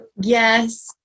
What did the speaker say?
yes